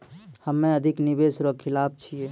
हम्मे अधिक निवेश रो खिलाफ छियै